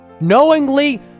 knowingly